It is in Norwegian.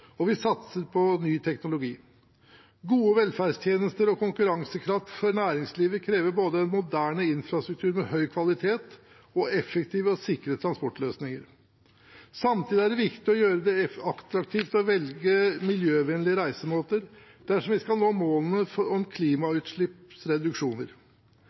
og vi satser på ny teknologi. Gode velferdstjenester og konkurransekraft for næringslivet krever både en moderne infrastruktur med høy kvalitet og effektive og sikre transportløsninger. Samtidig er det viktig å gjøre det attraktivt å velge miljøvennlige reisemåter dersom vi skal nå målene om reduksjoner